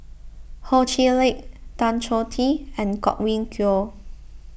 Ho Chee Lick Tan Choh Tee and Godwin Koay